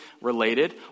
related